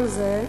כל זה,